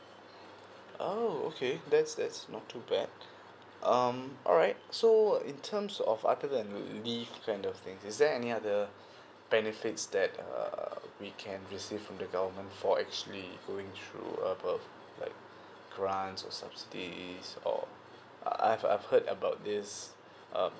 oh okay that's that's not too bad um alright so in terms of other than leaves kind of thing is there any other benefits that err we can receive from the government for actually going through uh birth like grants or subsidies or I've I've heard about this um